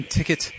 Ticket